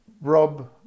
Rob